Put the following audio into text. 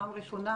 פעם ראשונה,